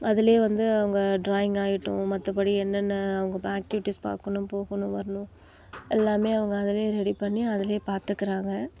அதிலே வந்து அவங்க ட்ராயிங் ஆகட்டும் மற்றப்படி என்னன்ன அவங்க ஆக்டிவிட்டீஸ் பார்க்கணும் போகணும் வரணும் எல்லாமே அவங்க அதிலே ரெடி பண்ணி அதிலே பார்த்துக்குறாங்க